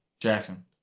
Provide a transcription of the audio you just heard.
Jackson